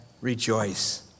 rejoice